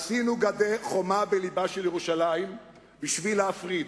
עשינו חומה בלבה של ירושלים בשביל להפריד,